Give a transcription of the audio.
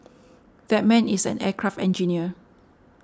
that man is an aircraft engineer